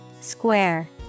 Square